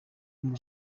n’u